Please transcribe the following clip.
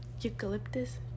Eucalyptus